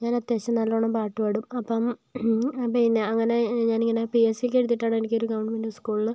ഞാൻ അത്യാവശ്യം നല്ലോണം പാട്ട് പാടും അപ്പം പിന്നെ അങ്ങനെ ഞാന് ഇങ്ങനെ പി എസ് സി ഒക്കെ എഴുതിയിട്ടാണ് എനിക്കൊരു ഗവൺമെൻറ് സ്കൂളില്